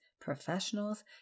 professionals